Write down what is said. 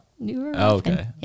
Okay